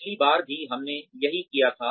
पिछली बार भी हमने यही किया था